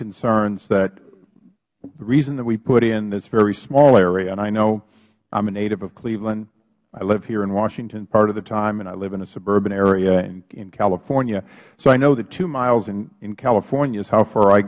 concerns that the reason that we put in this very small area and i know i am a native of cleveland i live here in washington part of the time and i live in a suburban area in california so i know that two miles in california is how far i